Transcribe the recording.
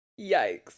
Yikes